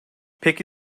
peki